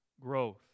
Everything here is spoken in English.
growth